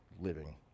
living